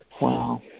Wow